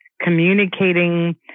communicating